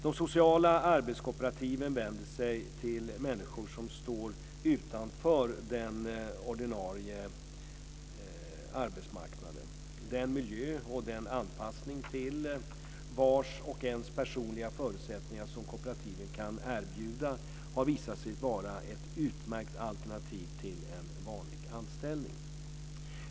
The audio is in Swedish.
De sociala arbetskooperativen vänder sig till människor som står utanför den ordinarie arbetsmarknaden. Den miljö och den anpassning till vars och ens personliga förutsättningar som kooperativen kan erbjuda har visat sig vara ett utmärkt alternativ till en vanlig anställning.